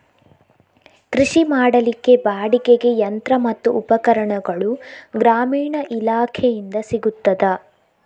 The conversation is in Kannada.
ಕೃಷಿ ಮಾಡಲಿಕ್ಕೆ ಬಾಡಿಗೆಗೆ ಯಂತ್ರ ಮತ್ತು ಉಪಕರಣಗಳು ಗ್ರಾಮೀಣ ಇಲಾಖೆಯಿಂದ ಸಿಗುತ್ತದಾ?